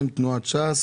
אתם רוצים חוק השבות?